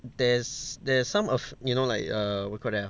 there's there's some of you know like err what you call that ah